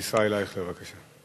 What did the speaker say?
ישראל אייכלר, בבקשה.